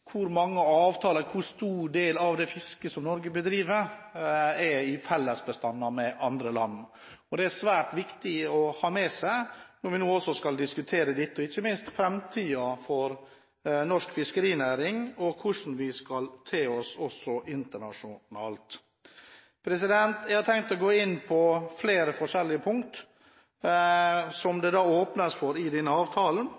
hvor mange avtaler og hvor stor del av det fisket som Norge bedriver, som gjelder fellesbestander med andre land. Det er svært viktig å ha med seg når vi nå skal diskutere dette, og ikke minst framtiden for norsk fiskerinæring og hvordan vi skal te oss også internasjonalt. Jeg har tenkt å gå inn på flere forskjellige punkter som